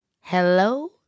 hello